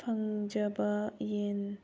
ꯐꯪꯖꯕ ꯌꯦꯟ